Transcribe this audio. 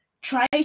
try